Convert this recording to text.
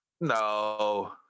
No